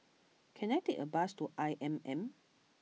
can I take a bus to I M M